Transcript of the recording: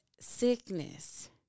sickness